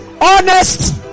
honest